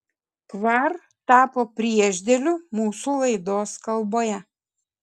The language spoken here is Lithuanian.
kvar tapo priešdėliu mūsų laidos kalboje